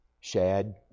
Shad